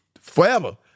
Forever